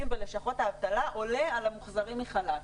בלשכות האבטלה עולה על המוחזרים מחל"ת.